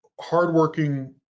hardworking